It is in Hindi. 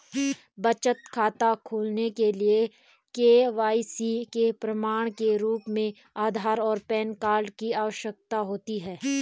बचत खाता खोलने के लिए के.वाई.सी के प्रमाण के रूप में आधार और पैन कार्ड की आवश्यकता होती है